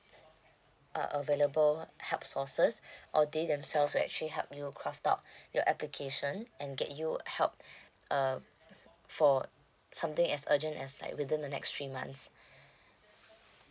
uh available help sources or they themselves will actually help you craft out your application and get you help uh for something as urgent as like within the next three months